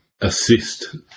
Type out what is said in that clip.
assist